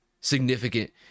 significant